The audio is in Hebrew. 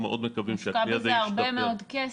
הושקע בזה הרבה מאוד כסף,